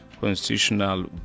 constitutional